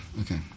Okay